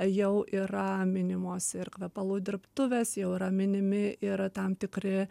jau yra minimos ir kvepalų dirbtuvės jau yra minimi ir tam tikri